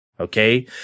Okay